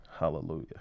Hallelujah